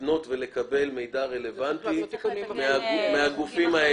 לפנות ולקבל מידע רלוונטי מהגופים האלה.